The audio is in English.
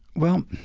well,